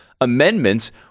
amendments